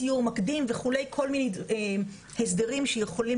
סיור מקדים וכו' - כל מיני הסדרים שיכולים